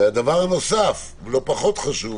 והדבר הנוסף, לא פחות חשוב